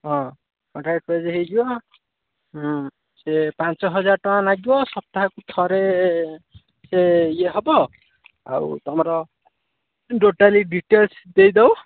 ହଁ ପେଜ୍ ହୋଇଯିବ ହଁ ସିଏ ପାଞ୍ଚ ହଜାର ଟଙ୍କା ନାଗିବ ସପ୍ତାହକୁ ଥରେ ସେ ଇଏ ହବ ଆଉ ତମର ଟୋଟାଲି ଡ଼ିଟେଲସ୍ ଦେଇଦେବ